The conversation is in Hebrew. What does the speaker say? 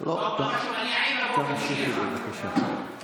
תמשיכי, בבקשה.